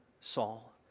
Saul